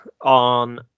on